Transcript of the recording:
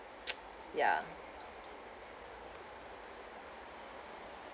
ya